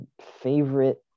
favorite